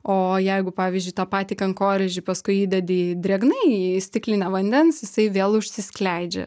o jeigu pavyzdžiui tą patį kankorėžį paskui įdedi drėgnai į stiklinę vandens jisai vėl užsiskleidžia